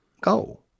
go